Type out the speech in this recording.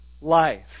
life